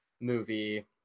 movie